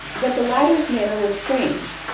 that the latter's manner was strange.